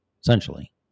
essentially